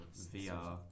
VR